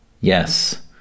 yes